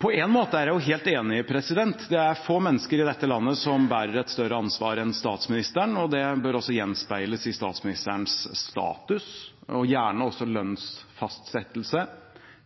På en måte er jeg helt enig. Det er få mennesker i dette landet som bærer et større ansvar enn statsministeren, og det bør også gjenspeiles i statsministerens status og gjerne også lønnsfastsettelse.